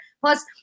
Plus